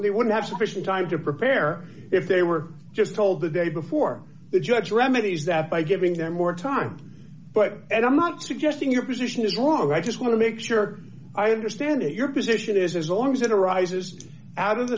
they would have sufficient time to prepare if they were just told the day before the judge remedies that by giving them more time but and i'm not suggesting your position is wrong i just want to make sure i understand your position is always in arises out of the